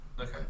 Okay